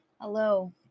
Hello